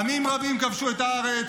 עמים רבים כבשו את הארץ,